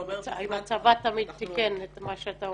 אם הצבא תמיד מקבל ומתקן על פי מה שאתה אומר.